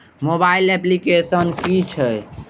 Mobile application कि छै?